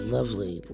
lovely